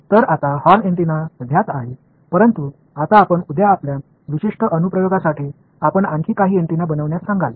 तर आता horn antenna ज्ञात आहे परंतु आता आपण उद्या आपल्या विशिष्ट अनुप्रयोगासाठी आपण आणखी काही अँटेना बनविण्यास सांगाल